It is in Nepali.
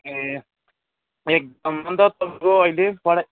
ए एकदम अन्त तपाईँको अहिले पढाई